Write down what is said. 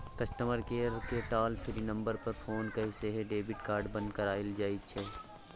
customer केयरकेँ toll free number पर phone कए सेहो डेबिट कार्ड बन्न कराएल जाइ छै